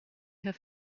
her